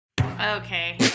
Okay